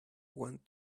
want